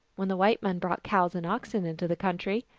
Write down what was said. when the white men brought cows and oxen into the country,